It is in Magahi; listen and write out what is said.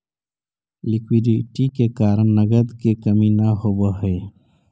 लिक्विडिटी के कारण नगद के कमी न होवऽ हई